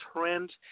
trend